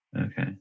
okay